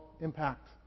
impact